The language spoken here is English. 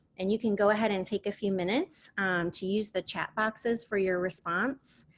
and you can go ahead and take a few minutes to use the chat boxes for your response,